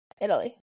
Italy